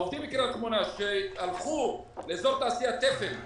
העובדים מקריית שמונה שהלכו לאזור תעשייה תפן,